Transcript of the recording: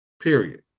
period